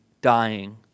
dying